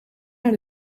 naar